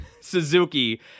Suzuki